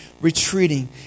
retreating